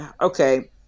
okay